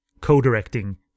co-directing